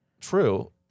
True